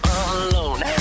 alone